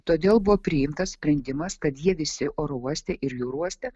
todėl buvo priimtas sprendimas kad jie visi oro uoste ir jūrų uoste